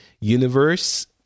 universe